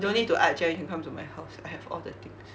don't need to art jam can come to my house I have all the things